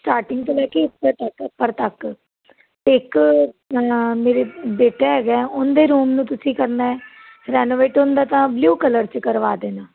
starting ਤੋਂ ਲੈ ਕੇ ਉੱਪਰ ਤੱਕ ਅਪਰ ਤੱਕ ਇੱਕ ਮੇਰੇ ਬੇਟਾ ਹੈਗਾ ਉਹ ਦੇ ਰੂਮ ਨੂੰ ਤੁਸੀਂ ਕਰਨਾ ਰੈਨੋਵੇਟ ਉਹ ਦਾ ਤਾਂ ਬਲਿਊ ਕਲਰ 'ਚ ਕਰਵਾ ਦੇਣਾ